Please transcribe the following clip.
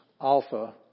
Alpha